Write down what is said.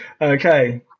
okay